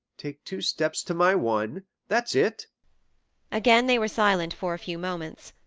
take two steps to my one that's it again they were silent for a few moments.